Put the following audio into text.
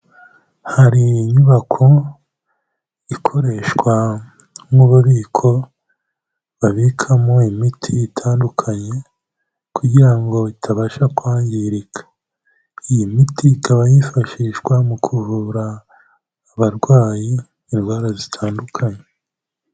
Hari inyubako ikoreshwa nk'ububiko babikamo imiti itandukanye kugira ngo itabasha kwangirika. Iyi miti ikaba yifashishwa mu kuvura abarwayi indwara zitandukanye.